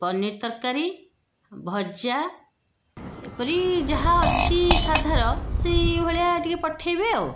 ପନିର ତରକାରୀ ଭଜା ଏପରି ଯାହା ଅଛି ସାଧାର ସେଇ ଭଳିଆ ଟିକେ ପଠେଇବେ ଆଉ